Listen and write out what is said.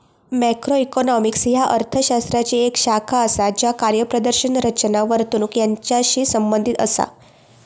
macroeconomics ह्या अर्थ शास्त्राची येक शाखा असा ज्या कार्यप्रदर्शन, रचना, वर्तणूक यांचाशी संबंधित असा